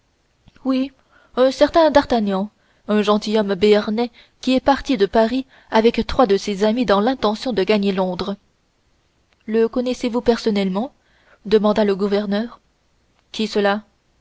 oui un certain d'artagnan un gentilhomme béarnais qui est parti de paris avec trois de ses amis dans l'intention de gagner londres le connaissez-vous personnellement demanda le gouverneur qui